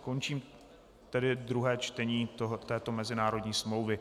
Končím tedy druhé čtení této mezinárodní smlouvy.